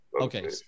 okay